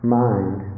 mind